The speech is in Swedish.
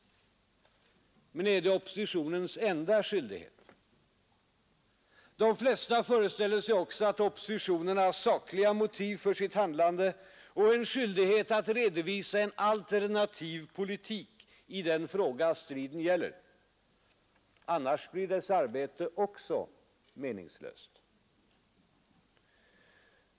Men är det oppositionens enda skyldighet? De flesta föreställer sig också att oppositionen har sakliga motiv för sitt handlande och en skyldighet att redovisa en alternativ politik i den fråga striden gäller. Annars blir dess arbete meningslöst.